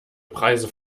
preise